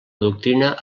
doctrina